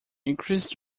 increased